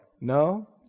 No